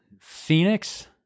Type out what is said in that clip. phoenix